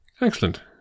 Excellent